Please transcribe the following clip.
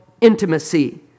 intimacy